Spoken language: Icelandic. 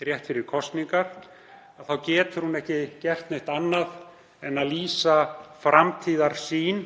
fram rétt fyrir kosningar, getur ekki gert neitt annað en að lýsa framtíðarsýn